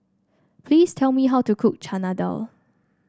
please tell me how to cook Chana Dal